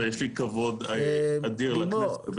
יש לי כבוד אדיר לכנסת,